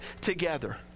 together